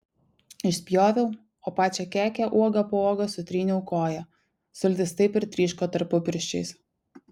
išspjoviau o pačią kekę uoga po uogos sutryniau koja sultys taip ir tryško tarpupirščiais